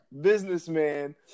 businessman